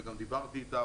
וגם דיברתי איתה,